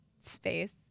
space